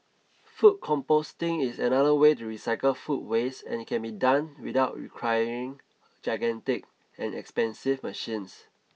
food composting is another way to recycle food waste and it can be done without requiring gigantic and expensive machines